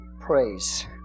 Praise